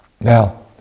Now